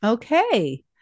okay